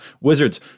Wizards